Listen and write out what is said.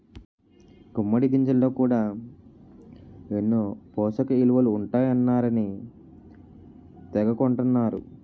గుమ్మిడి గింజల్లో కూడా ఎన్నో పోసకయిలువలు ఉంటాయన్నారని తెగ కొంటన్నరు